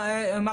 כשהתראיינתי,